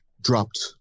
dropped